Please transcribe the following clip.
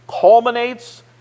culminates